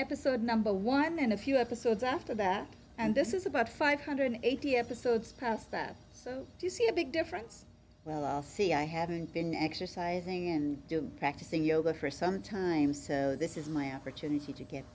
episode number one and a few episodes after that and this is about five hundred and eighty episodes past that you see a big difference well see i haven't been exercising and practicing yoga for some time so this is my opportunity to get